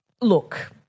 Look